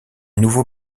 nouveau